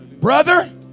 Brother